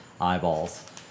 eyeballs